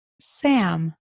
Sam